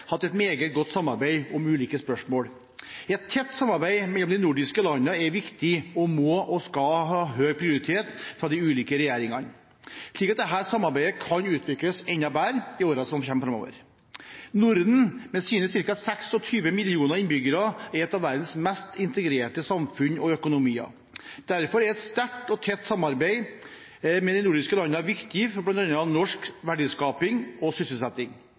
hatt et meget godt samarbeid om ulike spørsmål. Et tett samarbeid mellom de nordiske landene er viktig og må og skal ha høy prioritet hos de ulike regjeringer, slik at dette samarbeidet kan utvikles enda bedre i årene som kommer. Norden, med sine ca. 26 mill. innbyggere, er et av verdens mest integrerte samfunn og har en av de mest integrerte økonomiene i verden. Derfor er et sterkt og tett samarbeid mellom de nordiske landene viktig for bl.a. norsk verdiskaping og sysselsetting.